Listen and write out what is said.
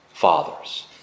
Father's